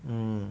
mm